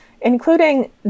including